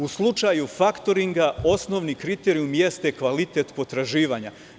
U slučaju faktoringa, osnovni kriterijum jeste kvalitet potraživanja.